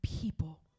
people